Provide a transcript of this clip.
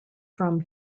from